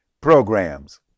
programs